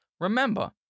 Remember